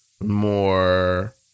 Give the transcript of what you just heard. more